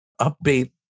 update